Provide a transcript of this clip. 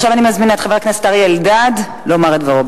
עכשיו אני מזמינה את חבר הכנסת אריה אלדד לומר את דברו.